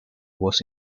was